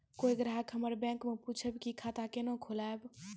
कोय ग्राहक हमर बैक मैं पुछे की खाता कोना खोलायब?